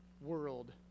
world